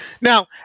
Now